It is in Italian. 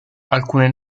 alcune